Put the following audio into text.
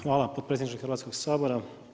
Hvala potpredsjedniče Hrvatskoga sabora.